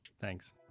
Thanks